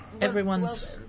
everyone's